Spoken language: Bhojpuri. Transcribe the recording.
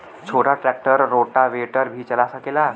छोटा ट्रेक्टर रोटावेटर भी चला सकेला?